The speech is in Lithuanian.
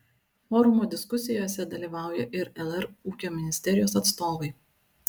forumo diskusijose dalyvauja ir lr ūkio ministerijos atstovai